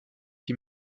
die